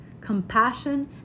compassion